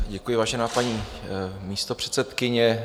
Děkuji, vážená paní místopředsedkyně.